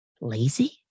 lazy